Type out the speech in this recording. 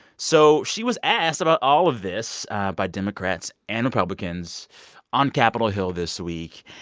so she was asked about all of this by democrats and republicans on capitol hill this week.